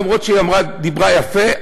למרות שהיא דיברה יפה.